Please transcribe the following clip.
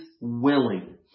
willing